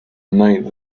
night